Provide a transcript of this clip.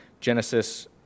Genesis